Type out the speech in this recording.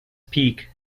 peak